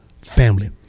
family